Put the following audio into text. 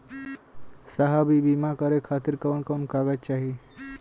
साहब इ बीमा करें खातिर कवन कवन कागज चाही?